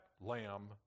lamb